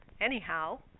Anyhow